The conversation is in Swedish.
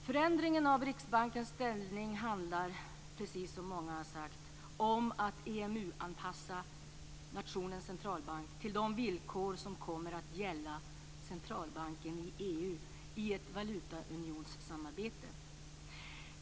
Förändringen av Riksbankens ställning handlar, precis som många har sagt, om att EMU-anpassa nationens centralbank till de villkor som kommer att gälla centralbanken i EU i ett valutaunionssamarbete.